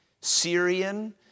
Syrian